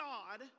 God